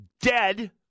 dead